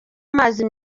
amazi